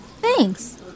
Thanks